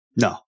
No